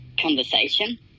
conversation